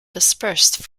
dispersed